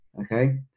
okay